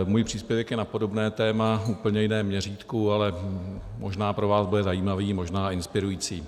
Můj příspěvek je na podobné téma, v úplně jiném měřítku, ale možná pro vás bude zajímavý, možná inspirující.